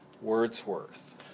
Wordsworth